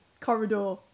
corridor